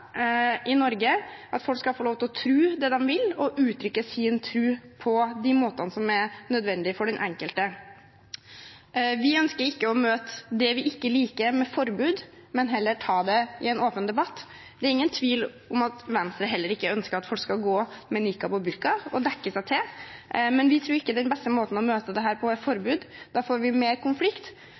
i Norge at folk skal få lov til å tro på det de vil, og uttrykke sin tro på den måten som er nødvendig for den enkelte. Vi ønsker ikke å møte det vi ikke liker, med forbud, men heller ta det i åpen debatt. Det er ingen tvil om at heller ikke Venstre ønsker at folk skal gå med nikab og burka og dekke seg til, men vi tror ikke den beste måten å møte dette på, er med forbud. Da får vi mer konflikt,